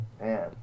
Man